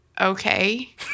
Okay